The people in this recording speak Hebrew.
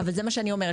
אבל זה מה שאני אומרת,